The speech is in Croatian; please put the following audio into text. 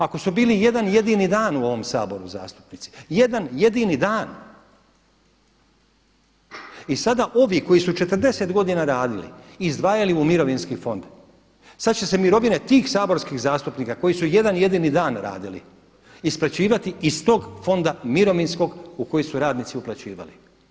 Ako su bili jedan jedini dan u ovom Saboru zastupnici, jedan jedini dan i sada ovi koji su 40 godina radili, izdvajali u mirovinski fond sad će se mirovine tih saborskih zastupnika koji su jedan jedini dan radili isplaćivati iz tog Fonda mirovinskog u koji su radnici uplaćivali.